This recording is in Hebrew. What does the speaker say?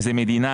מאיזו מדינה,